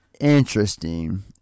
Interesting